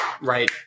right